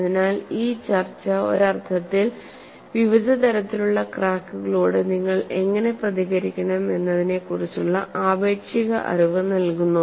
അതിനാൽ ഈ ചർച്ച ഒരർത്ഥത്തിൽ വിവിധ തരത്തിലുള്ള ക്രാക്കുകളോട് നിങ്ങൾ എങ്ങനെ പ്രതികരിക്കണം എന്നതിനെക്കുറിച്ചുള്ള ആപേക്ഷിക അറിവ് നൽകുന്നു